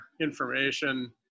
information